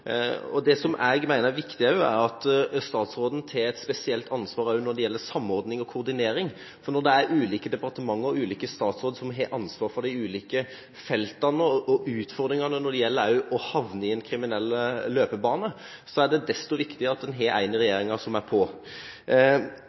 tar et spesielt ansvar også når det gjelder samordning og koordinering. Når det er ulike departementer og ulike statsråder som har ansvar for de ulike feltene og for utfordringene når det gjelder å havne i en kriminell løpebane, er det desto viktigere at en har en i regjeringa som er